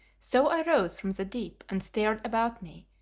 so i rose from the deep and stared about me,